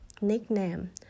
nickname